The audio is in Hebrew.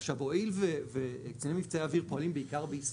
עכשיו הואיל וקציני מבצעי אוויר פועלים בעיקר בישראל,